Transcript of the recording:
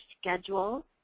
schedule